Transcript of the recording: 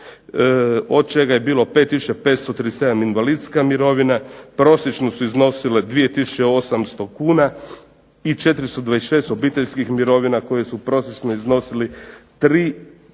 od čega je bilo 5 tisuća 537 invalidskih mirovina, prosječno su iznosile 2 tisuće 800 kuna i 426 obiteljskih mirovina koje su prosječno iznosile 3